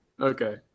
Okay